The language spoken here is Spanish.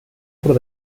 por